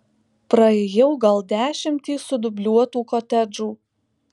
praėjau gal dešimtį sudubliuotų kotedžų